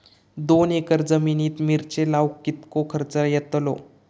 दोन एकर जमिनीत मिरचे लाऊक कितको खर्च यातलो?